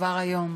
כבר היום.